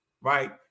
right